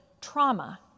trauma